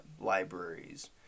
libraries